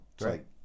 Right